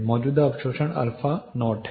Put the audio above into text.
मौजूदा अवशोषण α0 है